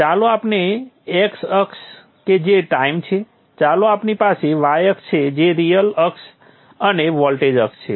ચાલો આપણી x અક્ષ કે જે ટાઈમ છે ચાલો આપણી પાસે y અક્ષ છે કે જે રિઅલ અક્ષ અને વોલ્ટેજ અક્ષ છે